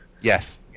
Yes